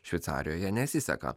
šveicarijoje nesiseka